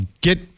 Get